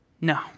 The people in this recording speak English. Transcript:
No